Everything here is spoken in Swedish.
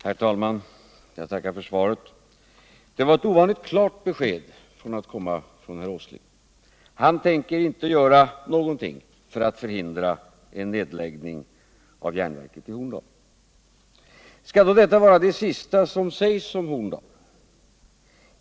Herr talman! Jag tackar för svaret. Det var ett ovanligt klart besked för att komma från herr Åsling. Han tänker inte göra någonting för att förhindra en nedläggning av järnverket i Horndal. Skall då detta vara det sista som sägs om Horndal?